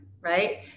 right